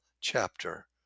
chapter